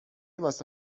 واسه